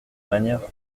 manière